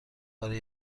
برای